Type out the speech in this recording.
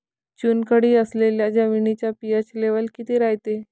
चुनखडी असलेल्या जमिनीचा पी.एच लेव्हल किती रायते?